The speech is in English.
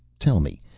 tell me,